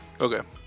Okay